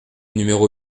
numéro